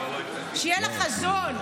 שיהיה לה חזון,